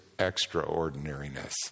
extraordinariness